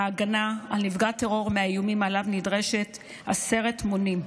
ההגנה על נפגע טרור מהאיומים עליו נדרשת עשרת מונים.